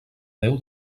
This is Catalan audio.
déu